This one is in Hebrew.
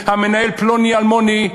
המנהל פלוני-אלמוני,